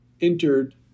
entered